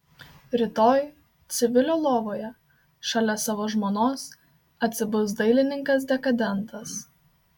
rytoj civilio lovoje šalia savo žmonos atsibus dailininkas dekadentas